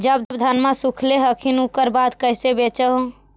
जब धनमा सुख ले हखिन उकर बाद कैसे बेच हो?